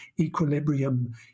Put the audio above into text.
equilibrium